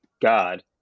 God